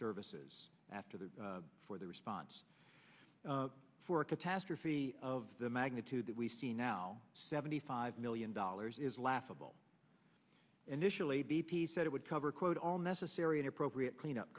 services after the for the response for a catastrophe of the magnitude that we see now seventy five million dollars is laughable initially b p said it would cover quote all necessary and appropriate cleanup